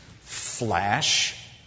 Flash